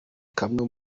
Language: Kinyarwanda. kamwe